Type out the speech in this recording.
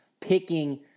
picking